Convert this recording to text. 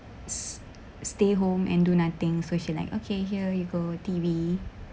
s~ stay home and do nothing so she like okay here you go a T_V